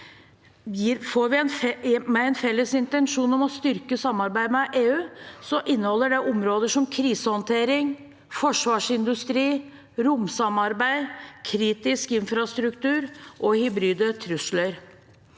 med en felles intensjon om å styrke samarbeidet med EU, inneholder områder som krisehåndtering, forsvarsindustri, romsamarbeid, kritisk infrastruktur og hybride trusler.